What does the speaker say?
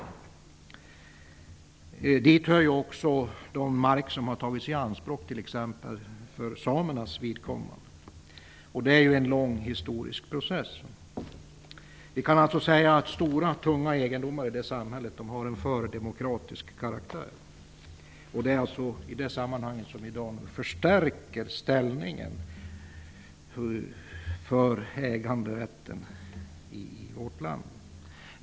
Detsamma gäller för samernas vidkommande den mark som har tagits i anspråk, och det har ju varit en lång historisk process. Man kan alltså säga att stora tunga egendomar i det samhället har en fördemokratisk karaktär. Nu förstärks ställningen för äganderätten i vårt land.